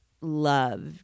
love